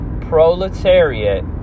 proletariat